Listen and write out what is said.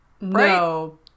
No